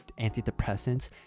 antidepressants